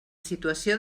situació